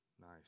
nice